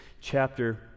chapter